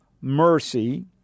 mercy